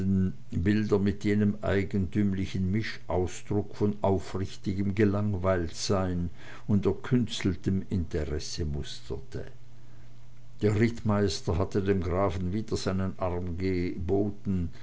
bilder mit jenem eigentümlichen mischausdruck von aufrichtigem gelangweiltsein und erkünsteltem interesse musterte der rittmeister hatte dem grafen wieder seinen arm geboten